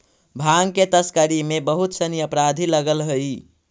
भाँग के तस्करी में बहुत सनि अपराधी लगल हइ